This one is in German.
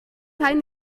kein